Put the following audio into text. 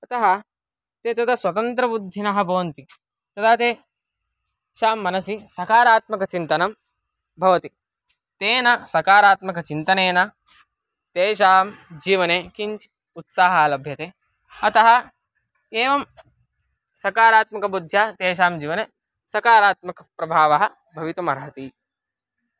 अतः ते तदा स्वतन्त्रबुद्धिनः भवन्ति तदा तेषां मनसि सकारात्मकचिन्तनं भवति तेन सकारात्मकचिन्तनेन तेषां जीवने किञ्चित् उत्साहः लभ्यते अतः एवं सकारात्मकबुद्ध्या तेषां जीवने सकारात्मकः प्रभावः भवितुमर्हति